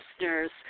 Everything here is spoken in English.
listeners